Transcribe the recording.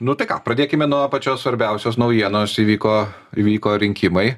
nu tai ką pradėkime nuo pačios svarbiausios naujienos įvyko įvyko rinkimai